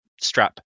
strap